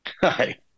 Hi